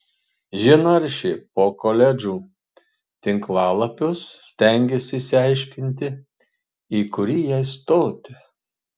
ji naršė po koledžų tinklalapius stengėsi išsiaiškinti į kurį jai stoti